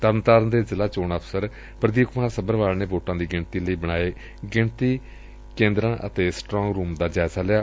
ਤਰਨਤਾਰਨ ਦੇ ਜ਼ਿਲ੍ਹਾ ਚੋਣ ਅਫਸਰ ਪ੍ਰਦੀਪ ਕੁਮਾਰ ਸੱਭਰਵਾਲ ਵੋਟਾ ਦੀ ਗਿਣਡੀ ਲਈ ਬਣਾਏ ਗਿਣਡੀ ਕੇਦਰ ਅਡੇ ਸਟਰਾਂਗ ਰੁਪ ਦਾ ਜਾਇਜ਼ਾ ਲਿਆਂ